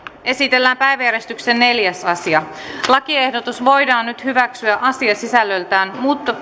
esitellään päiväjärjestyksen neljäs asia lakiehdotus voidaan nyt hyväksyä asisisällöltään